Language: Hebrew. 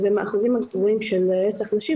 ומהאחוזים הגבוהים של רצח נשים,